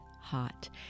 hot